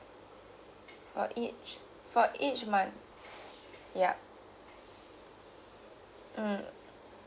for each for each month yeah mm